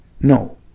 no